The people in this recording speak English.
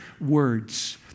words